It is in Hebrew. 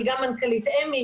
אני גם מנכ"לית אמ"י,